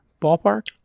Ballpark